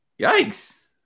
yikes